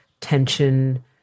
tension